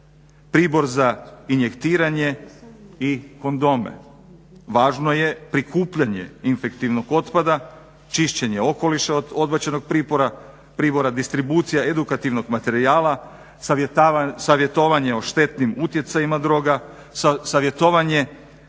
pribor za injektiranje i kondome. Važno je prikupljanje infektivnog otpada, čišćenje okoliša od odbačenog pribora, distribucija edukativnog materijala, savjetovanje o štetnim utjecajima droga, savjetovanje